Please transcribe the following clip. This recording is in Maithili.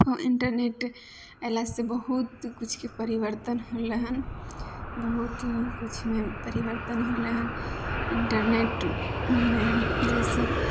इन्टरनेट अयलासँ बहुत किछुके परिवर्तन होलै हन बहुत किछुमे परिवर्तन होलै हन इन्टरनेटमे जैसे